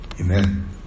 Amen